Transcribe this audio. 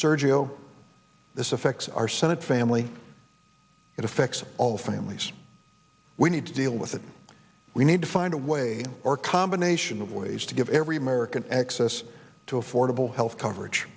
sergio this affects our senate family it affects all families we need to deal with it we need to find a way or combination of ways to give every american access to affordable health coverage